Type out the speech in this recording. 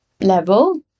level